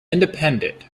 independent